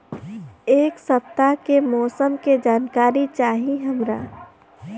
एक सपताह के मौसम के जनाकरी चाही हमरा